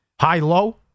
high-low